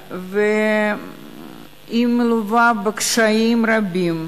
היא מלווה בקשיים רבים.